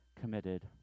committed